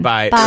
Bye